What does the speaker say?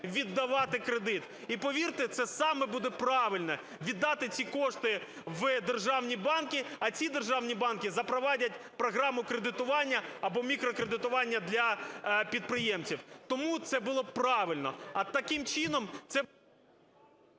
віддавати кредит. І, повірте, це саме буде правильне – віддати ці кошти в державні банки, а ці державні банки запровадять програму кредитування або мікрокредитування для підприємців. Тому це було б правильно. А таким чином…